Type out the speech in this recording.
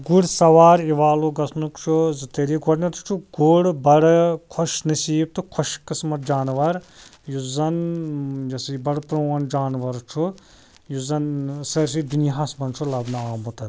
گُر سوار اِوالٕو گَژھنُک چھُ زٕ طریقہ گۄڈٕنٮ۪تھٕے چھُ گُر بَڑٕ خوش نصیب تہٕ خوش قٕسمَت جانوَر یُس زَن یہِ ہَسا یہِ بَڑٕ پرٛون جانوَر چھُ یُس زَن سٲرسٕے دُنیاہَس مَنٛز چھُ لَبنہٕ آمُت